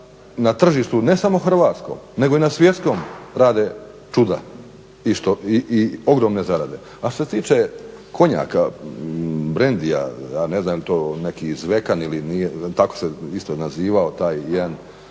na tržištu ne samo hrvatskom, nego i na svjetskom rade čuda i ogromne zarade. A što se tiče konjaka Brandya ja ne znam je li to neki zvekan, tako se isto nazivao taj jedan